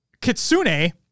Kitsune